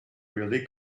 really